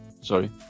sorry